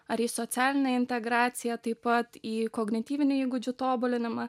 ar į socialinę integraciją taip pat į kognityvinių įgūdžių tobulinimą